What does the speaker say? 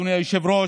אדוני היושב-ראש,